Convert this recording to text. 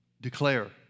declare